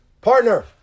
partner